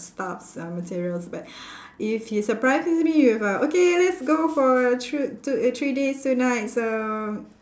stuffs uh materials but if he surprises me with a okay let's go for a trip to a three days two nights um